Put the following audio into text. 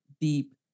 deep